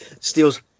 Steals